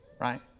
Right